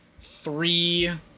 three